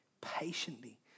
patiently